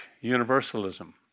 universalism